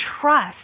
trust